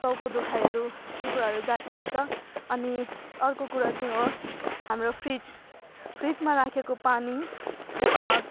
टाउको दुखाइहरू त्यो कुराहरू जाती हुन्छ अनि अर्को कुरा चाहिँ हो हाम्रो फ्रिज फ्रिजमा राखेको पानी